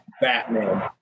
batman